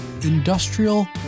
industrial